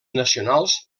nacionals